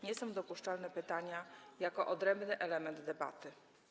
Nie są dopuszczalne pytania jako odrębny element debaty.